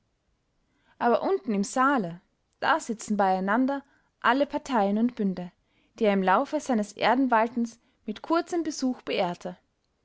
aber unten im saale da sitzen beieinander alle parteien und bünde die er im laufe seines erdenwaltens mit kurzem besuch beehrte